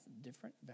different